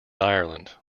ireland